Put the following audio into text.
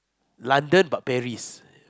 London but Paris